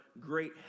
great